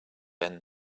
end